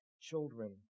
children